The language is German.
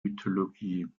mythologie